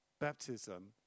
baptism